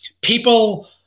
people